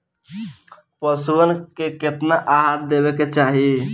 पशुअन के केतना आहार देवे के चाही?